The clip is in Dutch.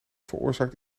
veroorzaakt